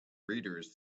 readers